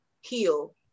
heal